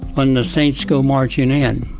when the saints go marching in.